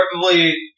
preferably